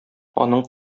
аның